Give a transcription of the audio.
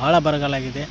ಭಾಳ ಬರಗಾಲ ಆಗಿದೆ